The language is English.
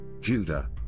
Judah